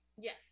Yes